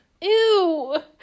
ew